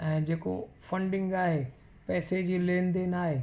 ऐं जेको फंडिंग आहे पैसे जी लेन देन आहे